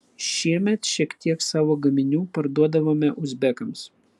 šiemet šiek tiek savo gaminių parduodavome uzbekams